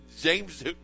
James